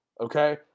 okay